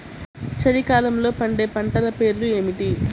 చలికాలంలో పండే పంటల పేర్లు ఏమిటీ?